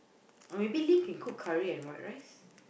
or maybe Lin can cook curry and white rice